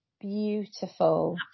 beautiful